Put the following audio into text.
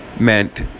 meant